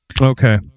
Okay